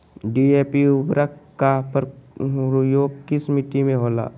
DAP उर्वरक का प्रयोग किस मिट्टी में होला?